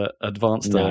advanced